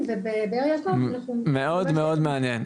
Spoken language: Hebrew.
ובבאר יעקב אנחנו --- זה מאוד מעניין.